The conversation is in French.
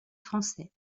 français